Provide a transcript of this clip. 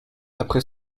après